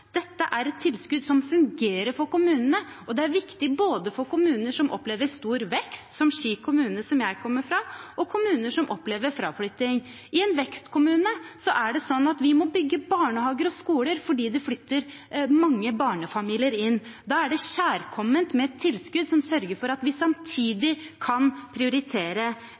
Dette er et tilskudd som fungerer for kommunene, og det er viktig både for kommuner som opplever stor vekst, som Ski kommune, som jeg kommer fra, og for kommuner som opplever fraflytting. I en vekstkommune er det slik at vi må bygge barnehager og skoler fordi det flytter mange barnefamilier inn. Da er det kjærkomment med et tilskudd som sørger for at vi samtidig kan prioritere